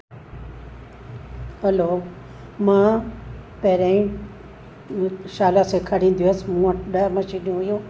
hello मां पहिरियों ई शाला सेखारींदी हुअसि मूं वटि ॾह मशीनियूं हुइयूं